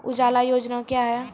उजाला योजना क्या हैं?